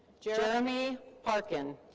jeremy parkin.